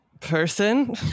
person